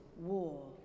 war